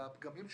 בפגמים,